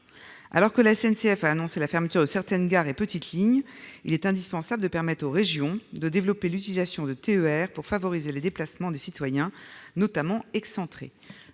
Alors que la SNCF a annoncé la fermeture de certaines gares et petites lignes, il est indispensable de permettre aux régions de développer l'utilisation de TER pour favoriser les déplacements des citoyens, notamment excentrés.